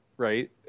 Right